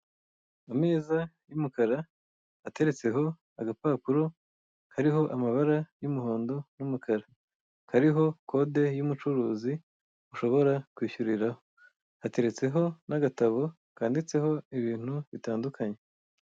Ameza y'umukara ateretseho agapapuro kariho amabara y'umuhondo n'umukara, kariho kode y'umucuruzi ushobora kwishyuriraho, hateretseho n'agatabo kanditseho ibintu bitandukanye.